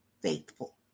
faithful